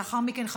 לאחר מכן,